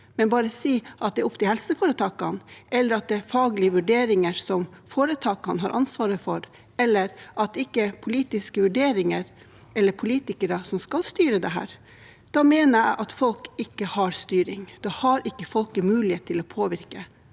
men bare si at det er opp til helseforetakene, eller at det er faglige vurderinger som foretakene har ansvaret for, eller at det ikke er politiske vurderinger eller politikere som skal styre dette, da mener jeg at folk ikke har styring, da har ikke folket mulighet til å påvirke.